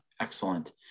excellent